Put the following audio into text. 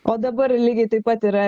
o dabar lygiai taip pat yra